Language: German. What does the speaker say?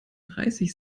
dreißig